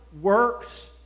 works